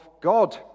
God